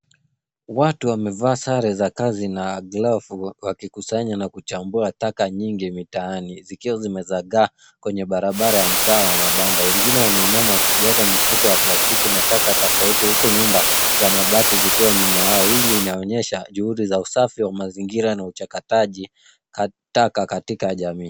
Watu wamevaa sare za kazi na glavu wakikusanya na kuchambua taka nyingi mitaani, zikiwa zimezagaa, kwenye barabara ya mtaa wa mabanda. Wengine wameinama wakijaza mifuko ya plastiki na taka tofauti, huku nyumba za mabati zikiwa nyuma yao. Hili inaonyesha juhudi za usafi wa mazingira na uchakataji taka katika jamii.